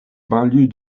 banlieues